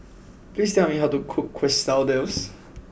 please tell me how to cook Quesadillas